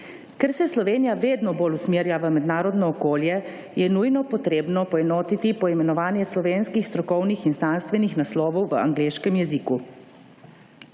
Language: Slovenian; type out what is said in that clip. Ker se Slovenija vedno bolj usmerja v mednarodno okolje je nujno potrebno poenotiti poimenovanje slovenskih strokovnih in znanstvenih naslovov v angleškem jeziku.